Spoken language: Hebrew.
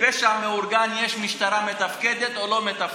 בפשע מאורגן יש משטרה שמתפקדת או לא מתפקדת.